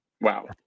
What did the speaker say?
Wow